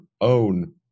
own